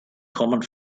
kommen